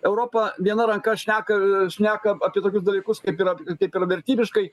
europa viena ranka šneka šneka apie tokius dalykus kaip yra kaip yra vertybiškai